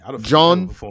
John